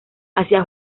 hacia